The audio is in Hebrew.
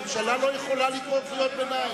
יכולה לקרוא קריאות ביניים.